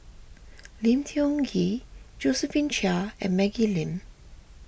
Lim Tiong Ghee Josephine Chia and Maggie Lim